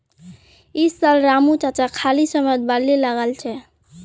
इस साल रामू चाचा खाली समयत बार्ली लगाल छ